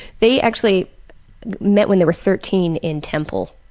they actually met when they were thirteen in temple.